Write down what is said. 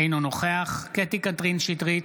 אינו נוכח קטי קטרין שטרית,